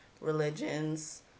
religions